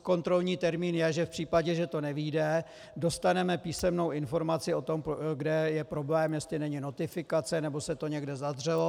Kontrolní termín je, že v případě, že to nevyjde, dostaneme písemnou informaci o tom, kde je problém, jestli není notifikace nebo se to někde zadřelo.